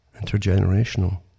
intergenerational